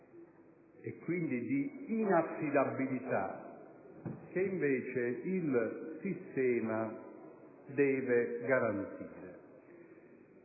e quindi di inaffidabilità che, invece, il sistema deve contrastare.